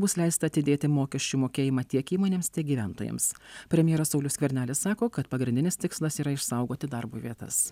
bus leista atidėti mokesčių mokėjimą tiek įmonėms tiek gyventojams premjeras saulius skvernelis sako kad pagrindinis tikslas yra išsaugoti darbo vietas